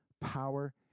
power